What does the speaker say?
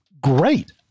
Great